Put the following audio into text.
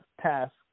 task